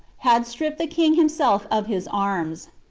had stripped the king himself of his arms.